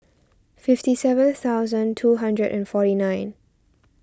fifty seven thousand two hundred and forty nine